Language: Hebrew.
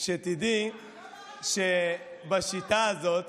שתדעי שבשיטה הזאת